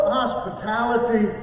hospitality